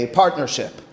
partnership